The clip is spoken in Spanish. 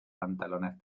pantalones